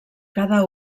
cada